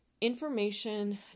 Information